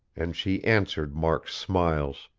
and she answered mark's smiles.